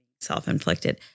self-inflicted